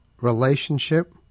relationship